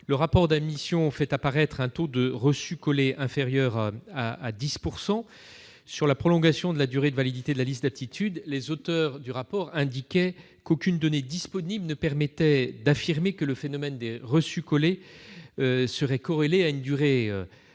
Le rapport de cette mission a mis en évidence un taux de « reçus-collés » inférieur à 10 %. En ce qui concerne la prolongation de la durée de validité de la liste d'aptitude, les auteurs du rapport indiquaient qu'aucune donnée disponible ne permettait d'affirmer que le phénomène des « reçus-collés » serait corrélé à une durée